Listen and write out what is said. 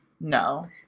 No